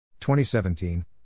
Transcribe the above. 2017